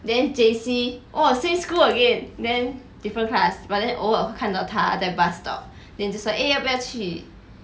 then J_C !wah! same school again then different class but then 偶尔会看到他在 us stop than 就说 eh 要不要去